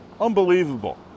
Unbelievable